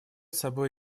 собой